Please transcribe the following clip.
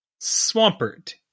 Swampert